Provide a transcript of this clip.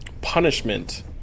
punishment